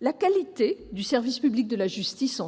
la qualité du service public de la justice :